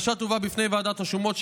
הבקשה תובא בפני ועדת השומות,